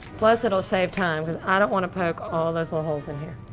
plus, it'll save time, cause i don't wanna poke all those little holes in here.